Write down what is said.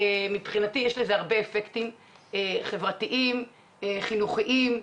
מבחינתי יש לזה הרבה אפקטים חברתיים, חינוכיים,